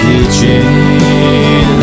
Kitchen